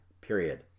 period